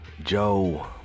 joe